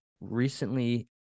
recently